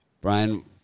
Brian